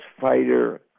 fighter